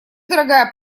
дорогая